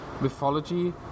mythology